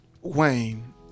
Wayne